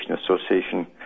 Association